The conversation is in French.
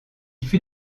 fut